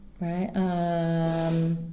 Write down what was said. Right